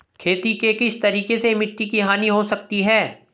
खेती के किस तरीके से मिट्टी की हानि हो सकती है?